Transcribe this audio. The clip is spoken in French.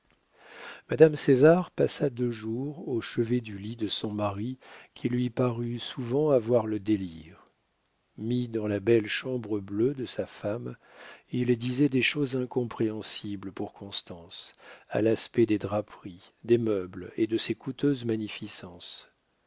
madame césar passa deux jours au chevet du lit de son mari qui lui parut souvent avoir le délire mis dans la belle chambre bleue de sa femme il disait des choses incompréhensibles pour constance à l'aspect des draperies des meubles et de ses coûteuses magnificences